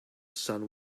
sun